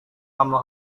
kamu